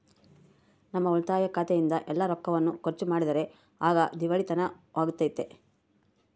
ನಮ್ಮ ಉಳಿತಾಯ ಖಾತೆಯಿಂದ ಎಲ್ಲ ರೊಕ್ಕವನ್ನು ಖರ್ಚು ಮಾಡಿದರೆ ಆಗ ದಿವಾಳಿತನವಾಗ್ತತೆ